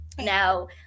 Now